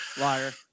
Liar